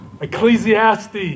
Ecclesiastes